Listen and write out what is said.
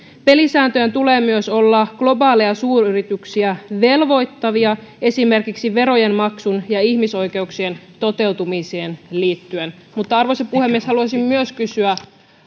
pelisääntöjen tulee myös olla globaaleja suuryrityksiä velvoittavia esimerkiksi verojen maksuun ja ihmisoikeuksien toteutumiseen liittyen mutta arvoisa puhemies haluaisin myös kysyä